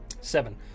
seven